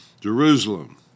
Jerusalem